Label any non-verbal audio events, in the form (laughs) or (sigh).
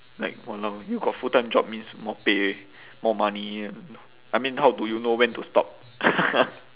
like !walao! you got full time job means more pay more money I mean how do you know when to stop (laughs)